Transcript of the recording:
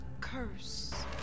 curse